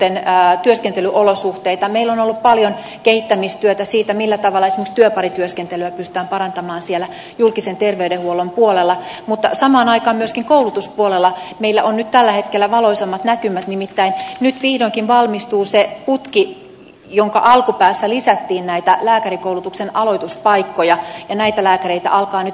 meillä on ollut paljon kehittämistyötä siitä millä tavalla esimerkiksi työparityöskentelyä pystytään parantamaan siellä julkisen terveydenhuollon puolella mutta samaan aikaan myöskin koulutuspuolella meillä on nyt tällä hetkellä valoisammat näkymät nimittäin nyt vihdoinkin valmistuu se putki jonka alkupäässä lisättiin näitä lääkärikoulutuksen aloituspaikkoja ja näitä lääkäreitä alkaa nyt valmistua